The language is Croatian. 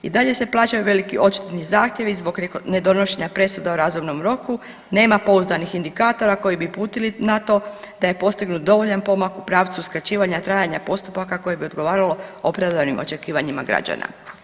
I dalje se plaćaju veliki odštetni zahtjevi zbog nedonošenja presuda u razumnom roku, nema pouzdanih indikatori koji bi uputili na to da je postignut dovoljan pomak u pravcu skraćivanja trajanja postupaka koji bi odgovaralo opravdanim očekivanjima građana.